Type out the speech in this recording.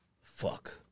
Fuck